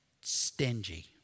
stingy